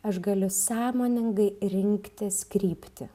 aš galiu sąmoningai rinktis kryptį